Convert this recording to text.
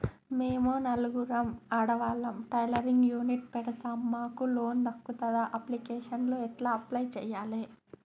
మేము నలుగురం ఆడవాళ్ళం టైలరింగ్ యూనిట్ పెడతం మాకు లోన్ దొర్కుతదా? అప్లికేషన్లను ఎట్ల అప్లయ్ చేయాలే?